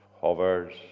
hovers